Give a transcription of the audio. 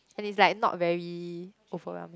and it's like not very overwhelming